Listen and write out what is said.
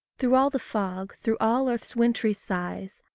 through all the fog, through all earth's wintery sighs,